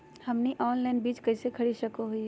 हमनी ऑनलाइन बीज कइसे खरीद सको हीयइ?